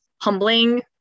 humbling